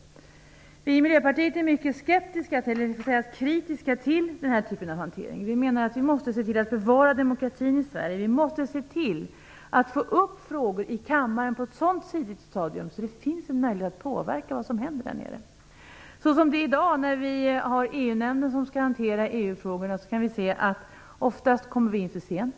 Vi i Miljöpartiet är mycket kritiska till den här typen av hantering. Vi måste se till att bevara demokratin i Sverige. Vi måste se till att få upp frågor i kammaren på ett så tidigt stadium att det finns en möjlighet att påverka vad som händer där nere. Såsom det är i dag, när vi har EU-nämnden som skall hantera EU frågorna, kommer vi oftast in för sent.